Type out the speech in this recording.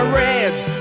reds